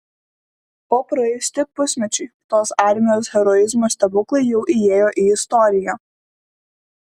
o praėjus tik pusmečiui tos armijos heroizmo stebuklai jau įėjo į istoriją